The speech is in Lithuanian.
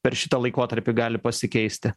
per šitą laikotarpį gali pasikeisti